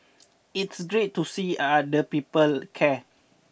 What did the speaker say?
it's great to see are other people care